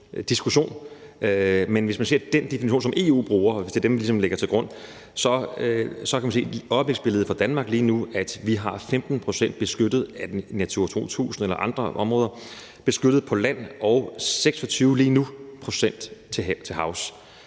men hvis man ser på den definition, som EU bruger, og hvis det er den, vi ligesom lægger til grund, så kan man se, at øjebliksbilledet for Danmark lige nu er, at vi har 15 pct. beskyttede Natura 2000-områder eller andre områder på land og 26 pct. områder til havs.